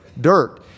dirt